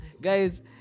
Guys